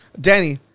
Danny